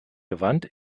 gewandt